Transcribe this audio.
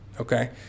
Okay